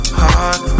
heart